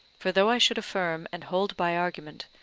for though i should affirm and hold by argument,